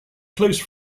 close